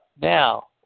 Now